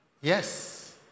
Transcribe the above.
Yes